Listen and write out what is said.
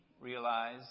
realize